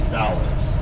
dollars